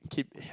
keep